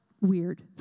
Weird